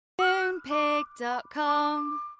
Moonpig.com